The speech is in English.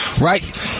right